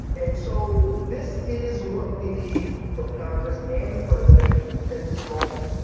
and so this is what we need from congress and the president at this moment.